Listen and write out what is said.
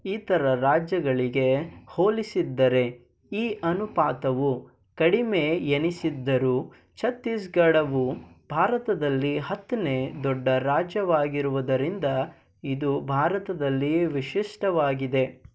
ಇತರ ರಾಜ್ಯಗಳಿಗೆ ಹೋಲಿಸಿದರೆ ಈ ಅನುಪಾತವು ಕಡಿಮೆಯೆನಿಸಿದ್ದರೂ ಛತ್ತೀಸ್ಗಢವು ಭಾರತದಲ್ಲಿ ಹತ್ತನೇ ದೊಡ್ಡ ರಾಜ್ಯವಾಗಿರುವುದರಿಂದ ಇದು ಭಾರತದಲ್ಲಿ ವಿಶಿಷ್ಟವಾಗಿದೆ